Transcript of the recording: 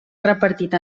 repartit